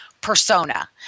persona